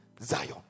Zion